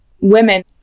women